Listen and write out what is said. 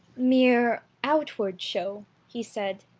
mere outward show, he said,